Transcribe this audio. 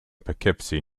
poughkeepsie